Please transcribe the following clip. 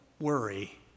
worry